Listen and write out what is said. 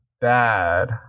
bad